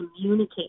communicate